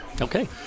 okay